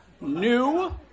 new